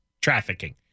trafficking